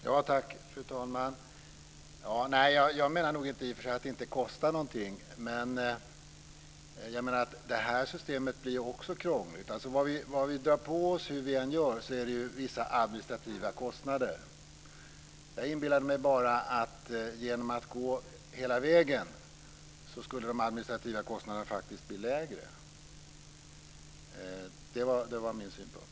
Fru talman! Jag menar nog inte att det inte kostar någonting men det här systemet blir ju också krångligt. Hur vi än gör blir det vissa administrativa kostnader. Jag inbillade mig bara att genom att gå hela vägen skulle de administrativa kostnaderna faktiskt bli lägre - det var min synpunkt.